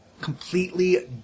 Completely